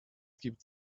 gibt